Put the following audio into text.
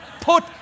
put